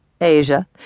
Asia